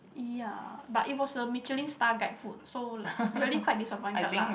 ya but it was a Michelin Star guide food so like really quite disappointed lah